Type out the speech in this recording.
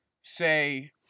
say